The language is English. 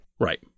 Right